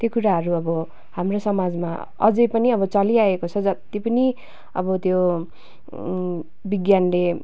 त्यो कुराहरू अब हाम्रो समाजमा अझै पनि अब चलिआएको छ जत्ति पनि अब त्यो विज्ञानले